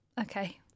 Okay